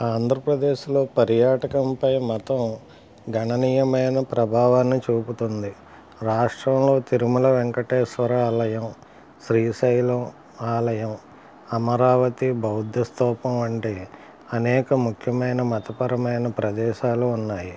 ఆంధ్రప్రదేశ్లో పర్యాటకంపై మతం గణనీయమైన ప్రభావాన్ని చూపుతుంది రాష్ట్రంలో తిరుమల వెంకటేశ్వర ఆలయం శ్రీశైలం ఆలయం అమరావతి బౌద్ధ స్తూపం అంటే అనేక ముఖ్యమైన మతపరమైన ప్రదేశాలు ఉన్నాయి